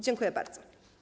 Dziękuję bardzo.